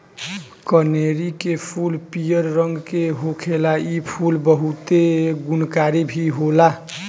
कनेरी के फूल पियर रंग के होखेला इ फूल बहुते गुणकारी भी होला